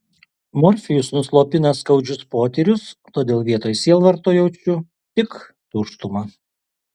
morfijus nuslopina skaudžius potyrius todėl vietoj sielvarto jaučiu tik tuštumą